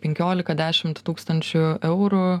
penkiolika dešimt tūkstančių eurų